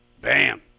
Bam